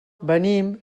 venim